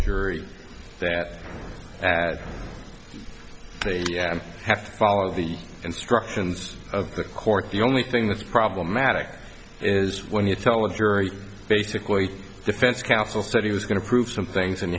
jury that they have to follow the instructions of the court the only thing that's problematic is when you tell the jury basically defense counsel said he was going to prove some things and